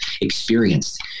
experienced